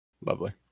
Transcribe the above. lovely